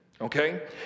okay